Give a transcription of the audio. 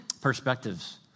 perspectives